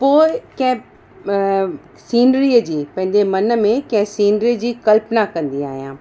पोइ कंहिं सीनिरीअ जी पंहिंजे मन में कंहिं सीनिरीअ जी कल्पना कंदी आहियां